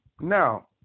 Now